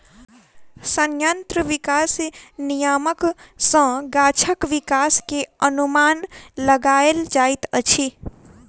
संयंत्र विकास नियामक सॅ गाछक विकास के अनुमान लगायल जाइत अछि